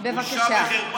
בגלל שסידרו